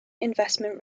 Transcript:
investment